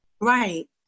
Right